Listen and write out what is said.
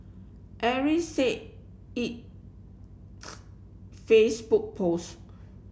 Ares said its Facebook post